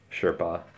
Sherpa